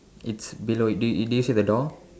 it's below do do you see the door